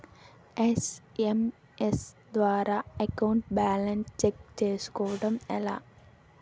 SMS ద్వారా account balance check చేసుకోవటం ఎలా?